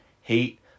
hate